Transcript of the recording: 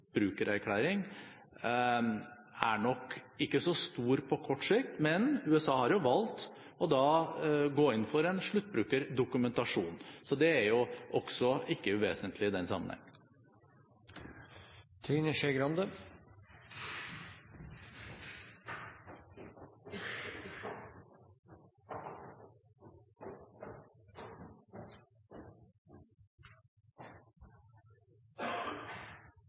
er nok ikke så stor på kort sikt, men USA har jo valgt å gå inn for en sluttbrukerdokumentasjon. Så det er heller ikke uvesentlig i den sammenheng. Jeg tror at jeg og statsråden er veldig enige om at